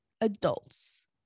adults